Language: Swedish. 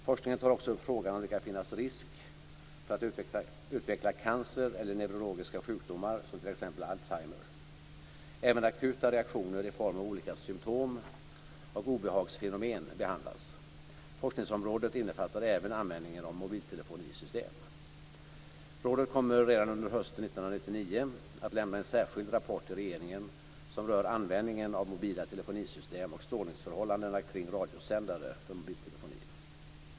Forskningen tar också upp frågan om det kan finnas risk för att utveckla cancer eller neurologiska sjukdomar som t.ex. Alzheimer. Även akuta reaktioner i form av olika symtom och obehagsfenomen behandlas. Forskningsområdet innefattar även användningen av mobiltelefonisystem. Rådet kommer redan under hösten 1999 att lämna en särskild rapport till regeringen som rör användningen av mobila telefonisystem och strålningförhållandena kring radiosändare för mobiltelefoni.